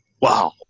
wow